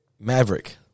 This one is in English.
Maverick